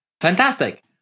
Fantastic